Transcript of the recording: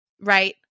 Right